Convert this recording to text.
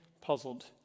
puzzled